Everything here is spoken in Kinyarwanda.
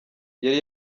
yari